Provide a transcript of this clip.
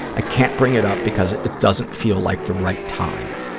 i can't bring it up because it it doesn't feel like the right time.